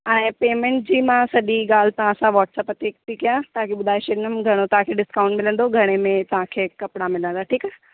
ऐं पेमेंट जी मां सॼी ॻाल्हि तव्हांसां वाट्सअप ते थी कयां तव्हांखे ॿुधाए छॾीदमि घणो तव्हांखे डिस्काउंट मिलंदो घणे में तव्हांखे कपिड़ा मिलंदा ठीकु आहे